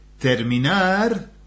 terminar